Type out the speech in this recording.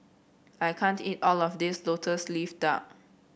I can't eat all of this lotus leaf duck